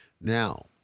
Now